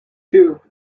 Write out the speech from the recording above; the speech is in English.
two